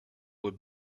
would